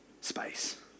space